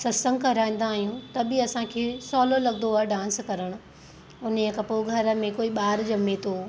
सत्संगु कराईंदा आहियूं त बि असांखे सहुलो लॻंदो आहे डांस करणु उन ई खां पोइ घर में कोई ॿार ॼमे थो